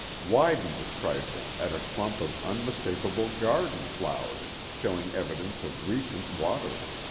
widened a trifle at a clump of unmistakable garden flowers showing evidence of recent watering.